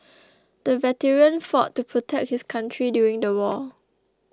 the veteran fought to protect his country during the war